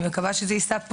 אני מקווה שזה יישא פרי.